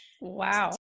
Wow